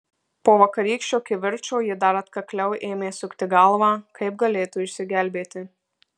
po vakarykščio kivirčo ji dar atkakliau ėmė sukti galvą kaip galėtų išsigelbėti